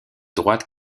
droite